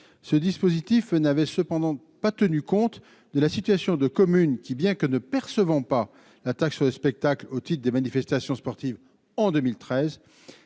ce dispositif n'avait cependant pas tenu compte de la situation de communes qui bien que ne percevons pas la taxe sur les spectacles otite des manifestations sportives en 2013,